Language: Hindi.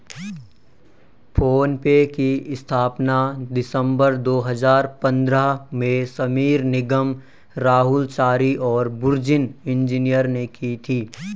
फ़ोन पे की स्थापना दिसंबर दो हजार पन्द्रह में समीर निगम, राहुल चारी और बुर्जिन इंजीनियर ने की थी